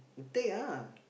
take ah